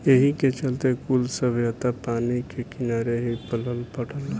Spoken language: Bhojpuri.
एही के चलते कुल सभ्यता पानी के किनारे ही पलल बढ़ल